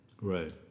Right